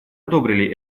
одобрили